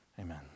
Amen